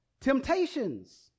temptations